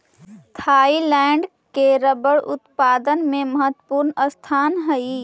Thailand के rubber उत्पादन में महत्त्वपूर्ण स्थान हइ